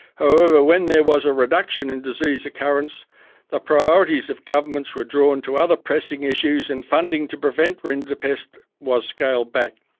however when there was a reduction in disease occurrence the priorities of governments were drawn to other pressing issues and funding to prevent rinderpest was scaled back.